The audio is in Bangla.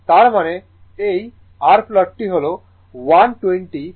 তার মানে এই এই r প্লট টি হল 120 100 sin ω t